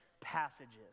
passages